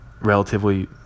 relatively